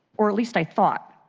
uor at least i thought,